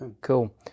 Cool